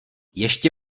ještě